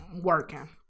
working